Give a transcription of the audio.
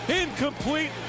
incomplete